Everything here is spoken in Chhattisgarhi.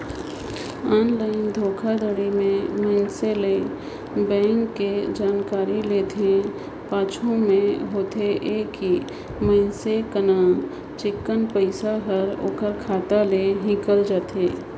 ऑनलाईन धोखाघड़ी में मइनसे ले बेंक कर जानकारी लेथे, पाछू में होथे ए कि मइनसे कर चिक्कन पइसा हर ओकर खाता ले हिंकेल जाथे